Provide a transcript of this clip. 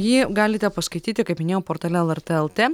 jį galite paskaityti kaip minėjau portale lrt el t